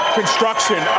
construction